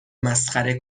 مسخره